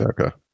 Okay